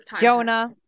Jonah